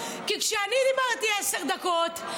כי כשאני דיברתי עשר דקות,